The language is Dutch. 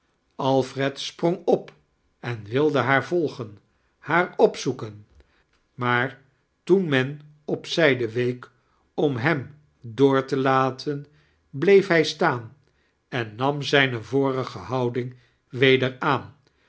alfred sprong op en wilde haar volgen haar opzoeken maar toen men op zijde week om hem door te laten bleef hij staan en nam zijne vorige houding weder aan